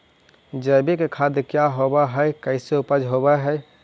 जैविक खाद क्या होब हाय कैसे उपज हो ब्हाय?